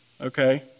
Okay